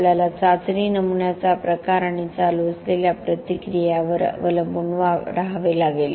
आपल्याला चाचणी नमुन्याचा प्रकार आणि चालू असलेल्या प्रतिक्रिया यावर अवलंबून वापरावे लागेल